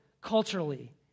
culturally